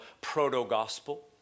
proto-gospel